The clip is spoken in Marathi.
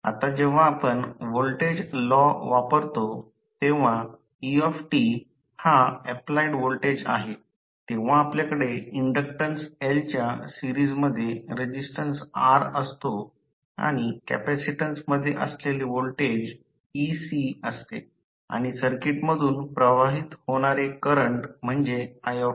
आता जेव्हा आपण व्होल्टेज लॉ वापरतो तेव्हा e हा अप्लाइड व्होल्टेज आहे तेव्हा आपल्याकडे इंडक्टन्स L च्या सिरीसमध्ये रेसिस्टन्स R असतो आणि कॅपेसिटन्स मध्ये असलेले व्होल्टेज ecअसते आणि सर्किटमधून प्रवाहित होणारे करंट म्हणजे i